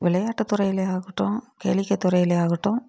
விளையாட்டு துறையிலேயா இருக்கட்டும் கேளிக்கை துறையிலேயா இருக்கட்டும்